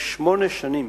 כשמונה שנים,